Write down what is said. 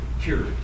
cured